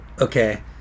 okay